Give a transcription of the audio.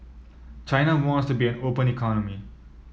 China wants to be an open economy